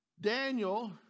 Daniel